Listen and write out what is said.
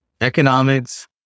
economics